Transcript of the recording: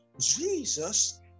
Jesus